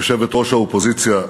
יושבת-ראש האופוזיציה,